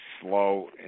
slow